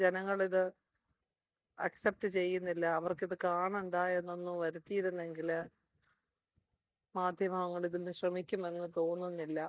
ജനങ്ങൾ ഇത് ആക്സെപ്റ്റ് ചെയ്യുന്നില്ല അവർക്ക് അത് കാണണ്ട എന്നൊന്നും വരുത്തിയിരുന്നെങ്കിൽ മാധ്യമങ്ങൾ ഇതിന് ശ്രമിക്കുമെന്ന് തോന്നുന്നില്ല